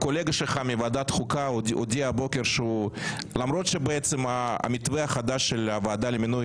הקולגה שלך מוועדת חוקה הודיע הבוקר שלמרות שהמתווה החדש של הוועדה למינוי